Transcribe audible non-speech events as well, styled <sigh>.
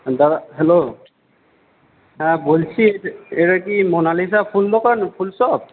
দাদা হ্যালো হ্যাঁ বলছি এটা <unintelligible> এটা কি মোনালিসা ফুল দোকান ফুল শপ